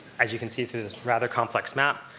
as you can see through this rather complex map,